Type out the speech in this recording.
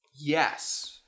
Yes